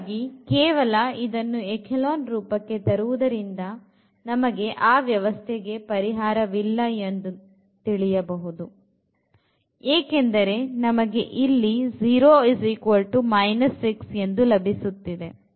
ಹಾಗಾಗಿ ಕೇವಲ ಇದನ್ನುechelon ರೂಪಕ್ಕೆ ತರುವುದರಿಂದ ನಮಗೆ ಆ ವ್ಯವಸ್ಥೆಗೆ ಪರಿಹಾರವಿಲ್ಲ ಎಂದು ತಿಳಿಯಬಹುದು ಏಕೆಂದರೆ ನಮಗೆ ಇಲ್ಲಿ 0 6 ಎಂದು ಲಭಿಸುತ್ತದೆ